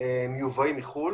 מיובאים מחו"ל